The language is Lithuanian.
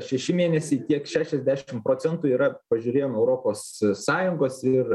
šeši mėnesiai tiek šešiasdešim procentų yra pažiūrėjom europos sąjungos ir